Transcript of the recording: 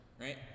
Right